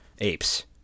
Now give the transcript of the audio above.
apes